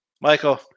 Michael